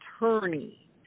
attorney